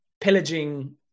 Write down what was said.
pillaging